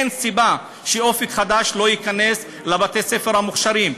אין סיבה ש"אופק חדש" לא ייכנס לבתי-הספר המוכש"רים.